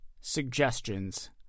suggestions